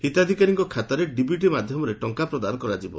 ହିତାଧିକାରୀଙ୍କ ଖାତାରେ ଡିବିଟି ମାଧ୍ଧମରେ ଟଙ୍କା ପ୍ରଦାନ କରାଯିବ